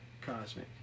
Cosmic